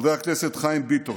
חבר הכנסת חיים ביטון,